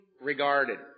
regarded